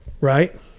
Right